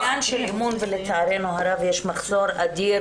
זה עניין של אמון ולצעירנו הרב יש מחסור אדיר